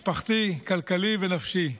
משפחתי, כלכלי ונפשי.